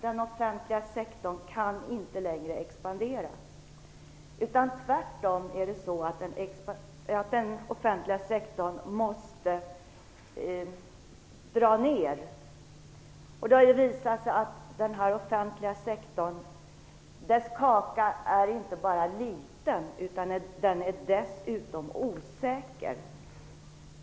Den offentliga sektorn kan inte längre få expandera, utan den måste tvärtom dras ned. Det har också visat sig att den offentliga sektorns kaka inte bara är liten utan dessutom osäker.